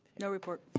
no report.